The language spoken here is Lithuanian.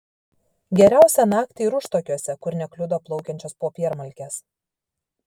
geriausia naktį ir užtakiuose kur nekliudo plaukiančios popiermalkės